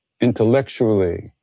intellectually